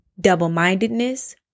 double-mindedness